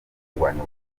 kurwanya